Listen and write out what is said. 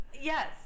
Yes